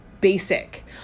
basic